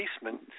basement